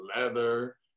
leather